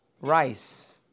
rice